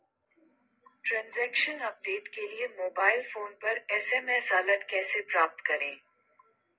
Transaction update के लिए mobile phone पर एस.एम.एस अलर्ट कैसे प्राप्त करें?